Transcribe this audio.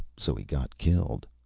so he got killed.